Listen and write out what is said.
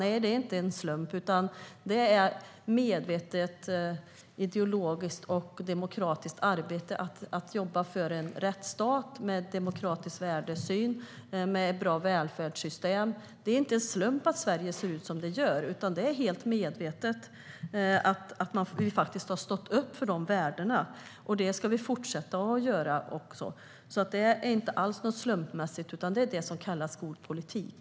Nej, det är inte någon slump, utan det är för att vi gör ett medvetet ideologiskt och demokratiskt arbete för en rättsstat med en demokratisk värdesyn och ett bra välfärdssystem. Det är inte någon slump att Sverige ser ut som det gör, utan det är helt medvetet som vi har stått upp för dessa värden, och det ska vi fortsätta att göra. Det är det som kallas god politik.